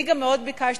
אני גם מאוד ביקשתי,